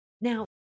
Now